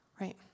right